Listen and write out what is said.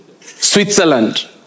Switzerland